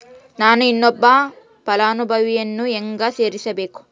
ನಾನು ಇನ್ನೊಬ್ಬ ಫಲಾನುಭವಿಯನ್ನು ಹೆಂಗ ಸೇರಿಸಬೇಕು?